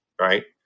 right